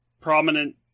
prominent